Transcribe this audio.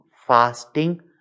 fasting